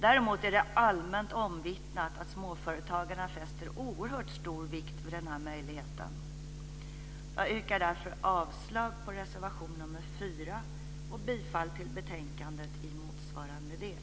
Däremot är det allmänt omvittnat att småföretagarna fäster oerhört stor vikt vid den här möjligheten. Jag yrkar därför avslag på reservation 4 och bifall till förslaget i betänkandet i motsvarande del.